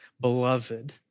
beloved